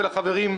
ולחברים,